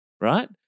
right